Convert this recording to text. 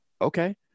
Okay